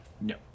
no